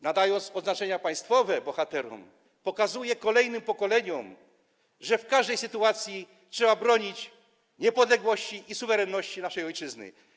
Nadając odznaczenia państwowe bohaterom, pokazuje kolejnym pokoleniom, że w każdej sytuacji trzeba bronić niepodległości i suwerenności naszej ojczyzny.